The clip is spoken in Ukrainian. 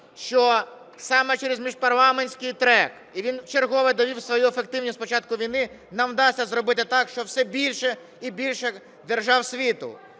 що саме через міжпарламентський трек, і він вчергове довів свою ефективність з початку війни, нам вдасться зробити так, що все більше і більше держав світу,